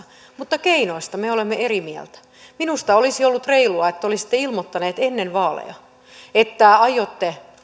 mutta keinoista me olemme eri mieltä minusta olisi ollut reilua että te olisitte ilmoittaneet ennen vaaleja että aiotte